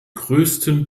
größten